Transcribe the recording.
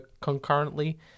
concurrently